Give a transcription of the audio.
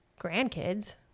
grandkids